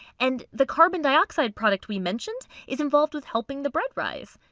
and the carbon dioxide product we mentioned is involved with helping the bread rise!